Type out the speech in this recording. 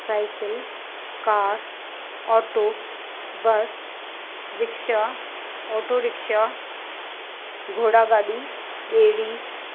cycle car auto bus rickshaw auto rickshaw घोड़ा गाॾी ॿेड़ी